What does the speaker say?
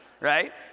right